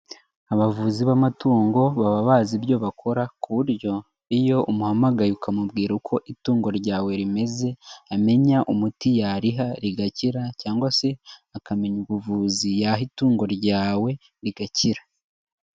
Abavuzi b'amatungo baba bazi ibyo bakora, ku buryo iyo umuhamagaye ukamubwira uko itungo ryawe rimeze, amenya umuti yariha rigakira, cyangwa se akamenya ubuvuzi yaha itungo ryawe rigakira.